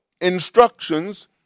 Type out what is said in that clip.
instructions